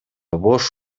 бош